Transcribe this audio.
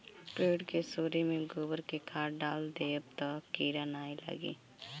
पेड़ के सोरी में गोबर के खाद डाल देबअ तअ कीरा नाइ लागी